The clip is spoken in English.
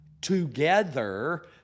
together